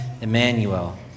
Emmanuel